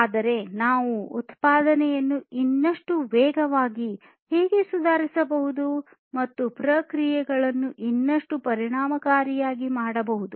ಆದರೆ ನಾವು ಉತ್ಪಾದನೆಯನ್ನು ಇನ್ನಷ್ಟು ವೇಗವಾಗಿ ಹೇಗೆ ಸುಧಾರಿಸಬಹುದು ಮತ್ತು ಪ್ರಕ್ರಿಯೆಗಳನ್ನು ಇನ್ನಷ್ಟು ಪರಿಣಾಮಕಾರಿಯಾಗಿ ಮಾಡಬಹುದು